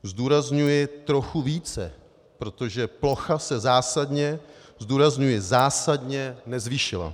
Zdůrazňuji trochu více, protože plocha se zásadně zdůrazňuji zásadně nezvýšila.